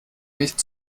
nicht